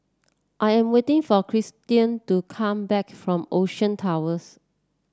I am waiting for Kristian to come back from Ocean Towers